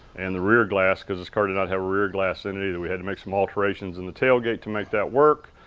and the rear glass, cause this car did not have rear glass in it either. we had to make some alterations in the tailgate to make that work,